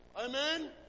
Amen